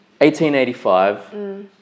1885